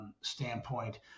standpoint